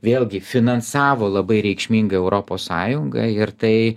vėlgi finansavo labai reikšminga europos sąjunga ir tai